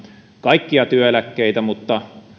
kaikkia työeläkkeitä mutta